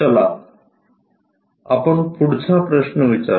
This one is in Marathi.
चला आपण पुढचा प्रश्न विचारू